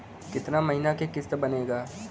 कितना महीना के किस्त बनेगा?